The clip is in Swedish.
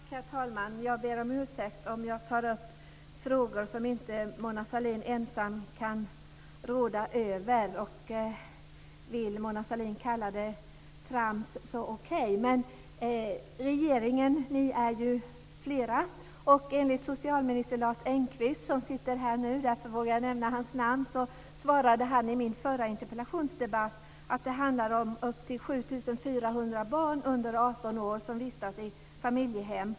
Herr talman! Jag ber om ursäkt om jag tar upp frågor som inte Mona Sahlin ensam kan råda över. Vill Mona Sahlin kalla det för trams, så okej. Ni är ju flera i regeringen, och socialminister Lars Engqvist som sitter här nu - därför vågar jag nämna hans namn - sade i vår förra interpellationsdebatt att det handlar om upp till 7 400 barn under 18 år som vistas i familjehem.